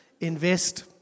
invest